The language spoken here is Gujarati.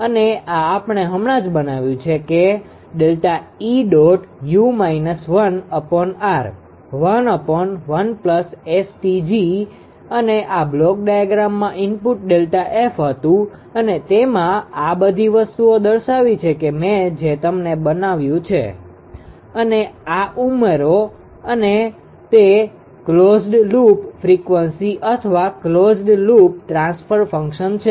અને આ આપણે હમણાં જ બનાવ્યું છે કે ΔEu 1𝑅 11 𝑆𝑇𝑔 અને આ બ્લોક ડાયાગ્રામમાં ઈનપુટ Δf હતું અને તેમાં આ બધી વસ્તુઓ દર્શાવી છે કે જે તમે બનાવ્યું છે અને આ ઉમરો અને તે ક્લોઝ્ડ લુપ ફ્રિકવન્સી અથવા ક્લોઝ્ડ લુપ ટ્રાન્સફર ફંક્શન છે